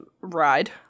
ride